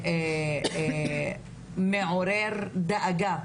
מעורר דאגה,